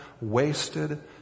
wasted